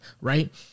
right